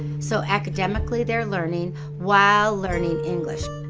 so, academically, they're learning while learning english.